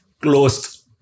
closed